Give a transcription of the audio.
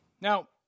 Now